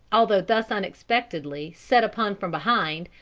although thus unexpectedly set upon from behind,